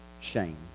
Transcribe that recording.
shame